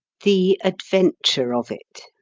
the adventure of it